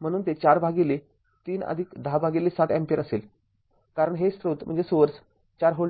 म्हणून ते ४ भागिले ३१०७ अँपिअर असेल कारण हे स्रोत ४V आहे